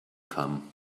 come